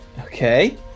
Okay